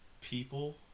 people